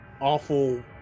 awful